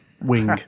Wing